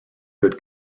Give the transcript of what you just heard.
could